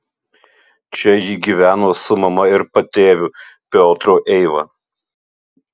čia ji gyveno su mama ir patėviu piotru eiva